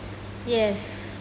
yes